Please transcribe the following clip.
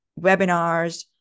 webinars